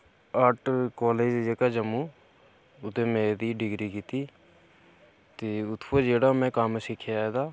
art college जेह्का जम्मू ओह्दे च में एह्दी डिग्री कीती ते उत्थूं दा जेह्ड़ा में कम्म सिक्खेआ एह्दा